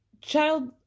child